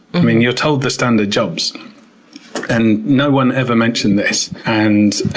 i mean, you're told the standard jobs and no one ever mentioned this. and